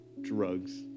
drugs